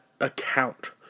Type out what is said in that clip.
account